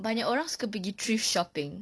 banyak orang suka pergi thrift shopping